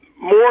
more